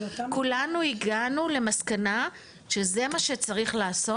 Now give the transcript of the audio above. כולנו הגענו למסקנה שזה מה שצריך לעשות.